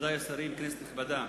כנסת נכבדה,